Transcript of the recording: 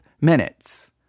minutes